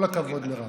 כל הכבוד, מירב.